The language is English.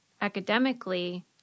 academically